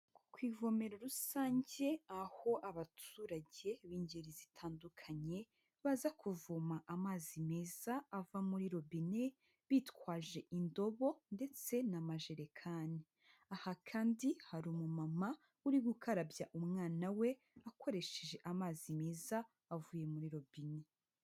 Ku ivomero rusange, aho abaturage b'ingeri zitandukanye, baza kuvoma amazi meza, ava muri robine, bitwaje indobo ndetse na majerekani. Aha kandi hari umumama, uri gukarabya umwana we, akoresheje amazi meza, avuye muri robine.